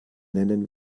nennen